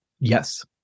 Yes